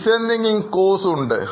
design thinking course ഉണ്ട്